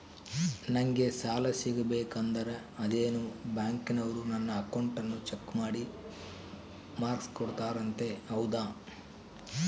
ನಂಗೆ ಸಾಲ ಸಿಗಬೇಕಂದರ ಅದೇನೋ ಬ್ಯಾಂಕನವರು ನನ್ನ ಅಕೌಂಟನ್ನ ಚೆಕ್ ಮಾಡಿ ಮಾರ್ಕ್ಸ್ ಕೊಡ್ತಾರಂತೆ ಹೌದಾ?